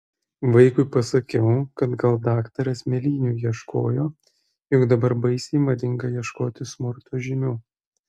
vaikui pasakiau kad gal daktaras mėlynių ieškojo juk dabar baisiai madinga ieškoti smurto žymių